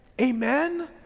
Amen